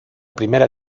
primera